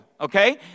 okay